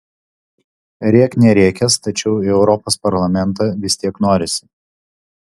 rėk nerėkęs tačiau į europos parlamentą vis tiek norisi